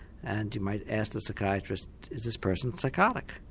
and you might ask the psychiatrist is this person psychotic?